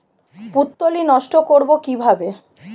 পুত্তলি নষ্ট করব কিভাবে?